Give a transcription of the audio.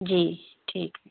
जी ठीक